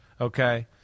okay